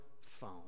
phone